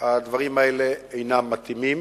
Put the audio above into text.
הדברים האלה אינם מתאימים,